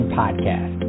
podcast